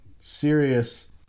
serious